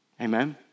Amen